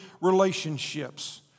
relationships